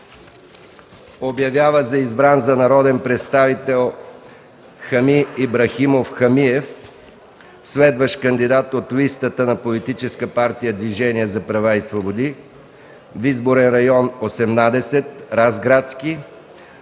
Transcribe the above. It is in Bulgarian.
Обявява за избран за народен представител Хами Ибрахимов Хамиев, следващ кандидат от листата на ПП „Движение за права и свободи” в изборен район 18. Разградски